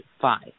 five